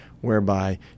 whereby